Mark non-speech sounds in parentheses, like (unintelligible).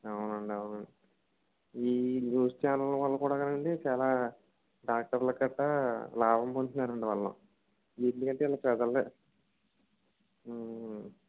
అవునండి అవును ఈ న్యూస్ ఛానెళ్ల వాళ్ళు కూడా (unintelligible) నండి చాలా డాక్టర్ల కట్టా లాభం పొందుతున్నారండి వాళ్లు ఎందుకంటే వీళ్ళు ప్రజలే